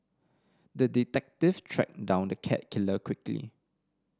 the detective tracked down the cat killer quickly